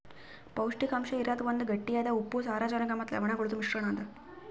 ಪೌಷ್ಟಿಕಾಂಶ ಇರದ್ ಒಂದ್ ಗಟ್ಟಿಯಾದ ಉಪ್ಪು, ಸಾರಜನಕ ಮತ್ತ ಲವಣಗೊಳ್ದು ಮಿಶ್ರಣ ಅದಾ